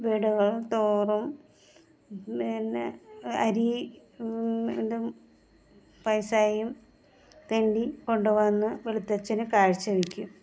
വീടുകൾ തോറും പിന്നെ അരി ഇതും പൈസായും തെണ്ടി കൊണ്ട് വന്ന് വെളുത്തച്ഛന് കാഴ്ച വയ്ക്കും